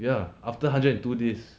ya after hundred and two days